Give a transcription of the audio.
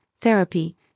therapy